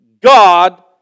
God